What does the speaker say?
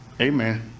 Amen